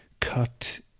cut